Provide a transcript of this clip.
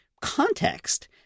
context